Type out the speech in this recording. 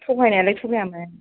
थगायनायालाय थगायामोन